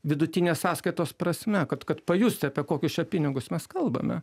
vidutinės sąskaitos prasme kad kad pajusti apie kokius čia pinigus mes kalbame